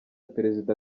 perezida